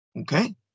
Okay